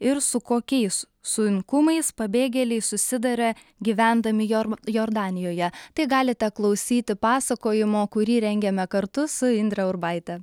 ir su kokiais sunkumais pabėgėliai susiduria gyvendami jor jordanijoje tai galite klausyti pasakojimo kurį rengėme kartu su indre urbaite